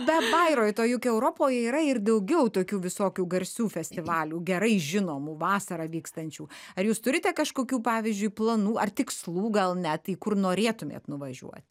be bairoito juk europoje yra ir daugiau tokių visokių garsių festivalių gerai žinomų vasarą vykstančių ar jūs turite kažkokių pavyzdžiui planų ar tikslų gal net į kur norėtumėt nuvažiuoti